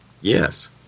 Yes